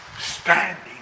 Standing